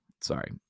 sorry